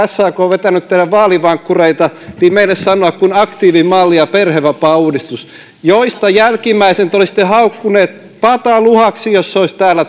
sak on vetänyt teidän vaalivankkureitanne meille sanoa kuin aktiivimalli ja perhevapaauudistus joista jälkimmäisen te olisitte haukkuneet pataluhaksi jos se olisi täällä